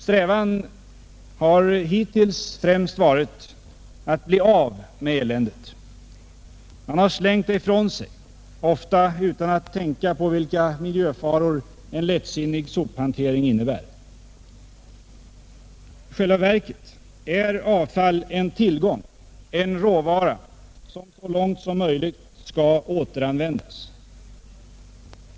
Strävan har hittills främst varit att bli av med eländet. Man har slängt det ifrån sig, ofta utan att tänka på vilka miljöfaror en lättsinnig sophantering innebär. I själva verket är avfall en tillgång, en råvara som så långt som möjligt skall återanvändas.